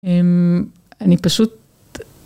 אני פשוט...